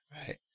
right